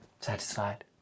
Satisfied